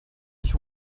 nicht